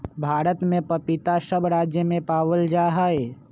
भारत में पपीता सब राज्य में पावल जा हई